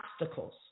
obstacles